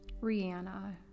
Rihanna